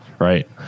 right